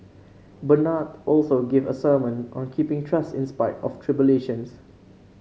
Bernard also gave a sermon on keeping trust in spite of tribulations